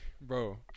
bro